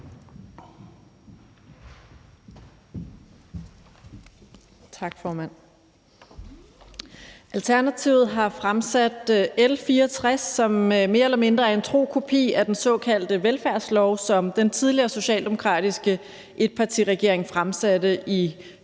Tak, formand. Alternativet har fremsat L 64, som mere eller mindre er en tro kopi af den såkaldte velfærdslov, som den tidligere socialdemokratiske etpartiregering fremsatte i 2021.